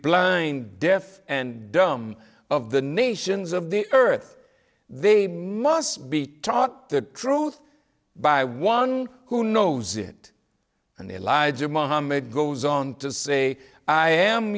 blind deaf and dumb of the nations of the earth they must be taught the truth by one who knows it and they lied to mohammed goes on to say i am